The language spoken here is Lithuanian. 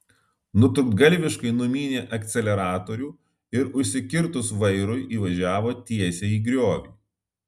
nutrūktgalviškai numynė akceleratorių ir užsikirtus vairui įvažiavo tiesiai į griovį